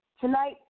Tonight